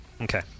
okay